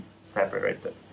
separated